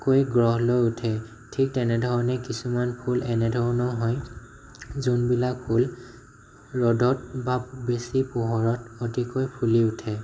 কৈ গঢ় লৈ উঠে ঠিক তেনেধৰণে কিছুমান ফুল তেনেধৰণৰ হয় যোনবিলাক ফুল ৰ'দত বা বেছি পোহৰত অতিকৈ ফুলি উঠে